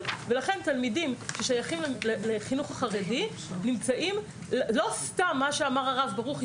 ולכן תלמידים ששייכים לחינוך החרדי נמצאים לא סתם מה שאמר הרב ברוכי,